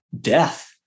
death